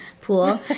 pool